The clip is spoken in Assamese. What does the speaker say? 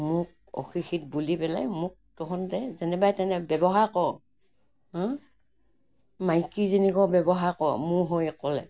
মোক অশিক্ষিত বুলি পেলাই মোক তহঁতে যেনেবাই তেনে ব্যৱহাৰ কৰ হাঁ মাইকী যেনেকোৱা ব্যৱহাৰ কৰ মোৰ হৈ ক'লে